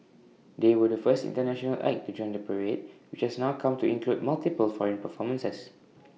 they were the first International act to join the parade which has now come to include multiple foreign performances